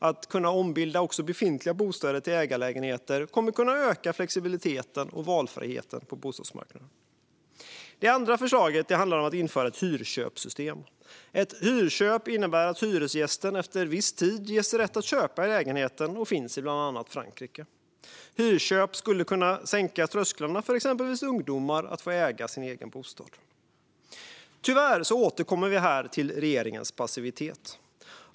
Att kunna ombilda också befintliga bostäder till ägarlägenheter kommer att kunna öka flexibiliteten och valfriheten på bostadsmarknaden. Det andra förslaget handlar om att införa ett hyrköpssystem. Hyrköp innebär att hyresgästen efter en viss tid ges rätt att köpa lägenheten och finns i bland annat Frankrike. Hyrköp skulle kunna sänka trösklarna för exempelvis ungdomar att få äga sin bostad. Tyvärr återkommer vi här till regeringens passivitet.